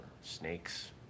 snakes